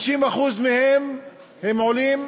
50% מהם הם עולים